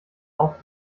auf